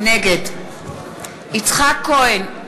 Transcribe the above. נגד יצחק כהן,